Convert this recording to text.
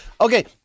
okay